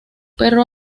perro